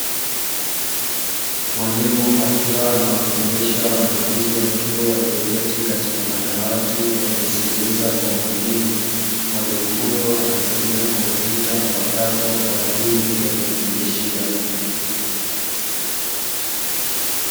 Mwalimu akiwa anawafundisha wanafunzi wa chuo, walioketi katika madawati wakimsikiliza kwa makini. Mwalimu huyo anatumia kompyuta mpakato kwa ajili ya kufundishia.